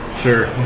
Sure